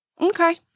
okay